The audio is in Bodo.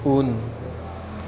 उन